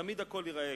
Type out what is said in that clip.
תמיד הכול ייראה